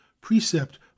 precept